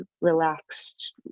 relaxed